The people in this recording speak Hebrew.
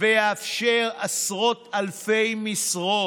ויאפשר עשרות אלפי משרות.